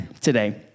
today